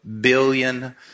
billion